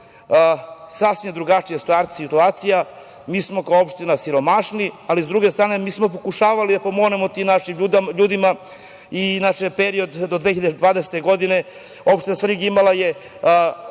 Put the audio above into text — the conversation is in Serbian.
sasvim je drugačija situacija. Mi smo kao opština siromašni, ali, s druge strane, mi smo pokušavali da pomognemo tim našim ljudima. Inače, u periodu do 2020. godine opština Svrljig imala je